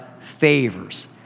favors